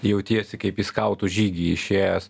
jautiesi kaip į skautų žygį išėjęs